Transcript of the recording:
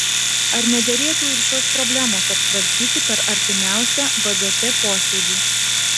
ar nederėtų ir šios problemos apsvarstyti per artimiausią vgt posėdį